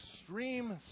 extreme